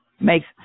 Makes